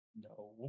no